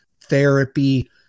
therapy